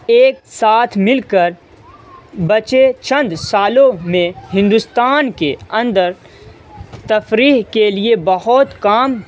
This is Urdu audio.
ایک ساتھ مل کر بچے چند سالوں میں ہندوستان کے اندر تفریح کے لیے بہت کام